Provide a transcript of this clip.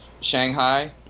shanghai